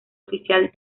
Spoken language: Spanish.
oficial